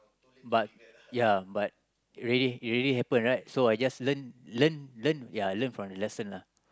but ya but already it already happen right so I just learn learn learn ya learn from the lesson lah